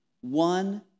One